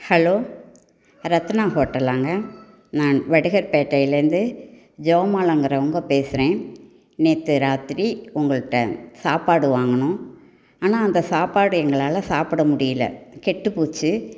hello Ratna ஹோட்டலாங்கள் நான் வடுகர் பேட்டையில் இருந்து ஜவமாலாங்குறவங்க பேசுகிறேன் நேற்று ராத்திரி உங்கள்கிட்ட சாப்பாடு வாங்குனோம் ஆனால் அந்த சாப்பாடு எங்களால் சாப்பிட முடியல கெட்டுப் போச்சி